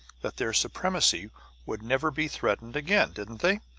that their supremacy would never be threatened again. didn't they?